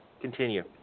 Continue